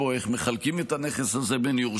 איך מחלקים את הנכס הזה בין יורשים?